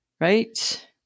Right